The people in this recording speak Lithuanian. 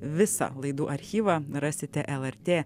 visą laidų archyvą rasite lrt